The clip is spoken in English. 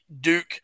Duke